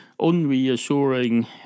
unreassuring